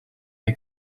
der